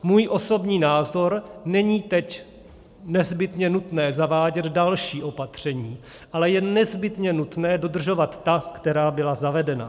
Můj osobní názor: není teď nezbytně nutné zavádět další opatření, ale je nezbytně nutné dodržovat ta, která byla zavedena.